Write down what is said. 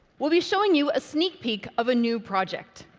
we'll be showing you a sneak peek of a new project.